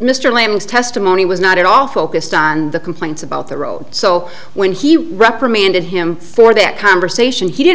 mr lamb's testimony was not at all focused on the complaints about the row so when he reprimanded him for that conversation he didn't